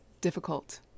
difficult